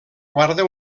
guarda